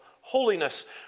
holiness